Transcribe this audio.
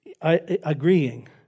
agreeing